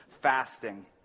Fasting